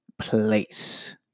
place